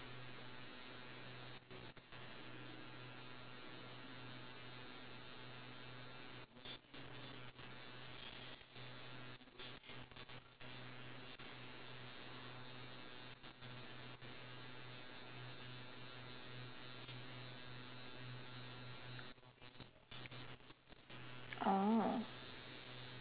oh